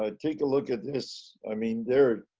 ah take a look at this. i mean, there,